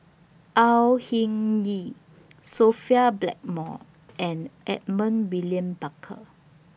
Au Hing Yee Sophia Blackmore and Edmund William Barker